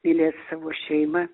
mylėt savo šeimą